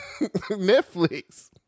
netflix